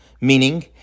meaning